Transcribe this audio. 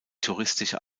touristische